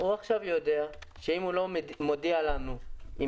הוא עכשיו יודע שאם הוא לא הודיע לנו על